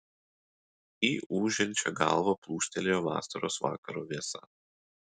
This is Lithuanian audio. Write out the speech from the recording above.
į ūžiančią galvą plūstelėjo vasaros vakaro vėsa